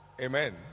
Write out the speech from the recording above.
Amen